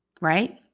right